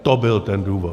To byl ten důvod.